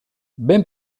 ben